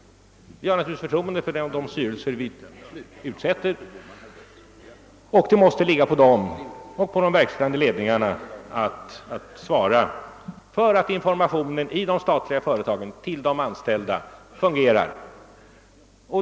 Vi har naturligtvis förtroende för de styrelser vi tillsätter. Det ankommer på dessa och de verkställande ledningarna att svara för att informationen till de anställda i de statliga företagen fungerar.